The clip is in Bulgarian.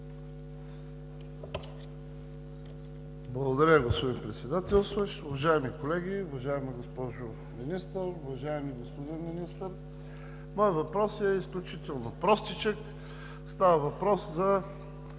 Благодаря Ви, господин Председателстващ. Уважаеми колеги, уважаема госпожо Министър, уважаеми господин Министър! Моят въпрос е изключително простичък – става въпрос за